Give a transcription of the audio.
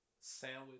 Sandwich